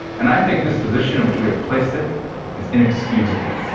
and i think this position in which we have placed it is inexcusable.